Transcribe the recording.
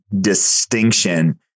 distinction